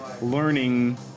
learning